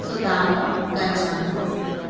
Sudamo Dhanshyam Das